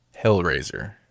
Hellraiser